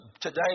Today